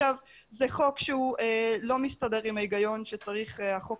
זה חוק שהוא לא מסתדר עם ההיגיון שהחוק